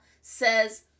says